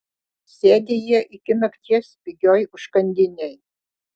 sėdi jie iki nakties pigioj užkandinėj